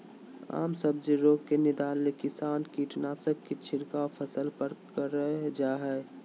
आम सब्जी रोग के निदान ले किसान कीटनाशक के छिड़काव फसल पर करल जा हई